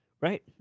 Right